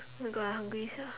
oh my god I hungry sia